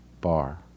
bar